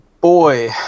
boy